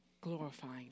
glorifying